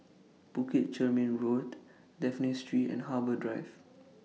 Bukit Chermin Road Dafne Street and Harbour Drive